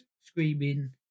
screaming